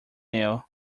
nail